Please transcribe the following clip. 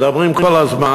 מדברים כל הזמן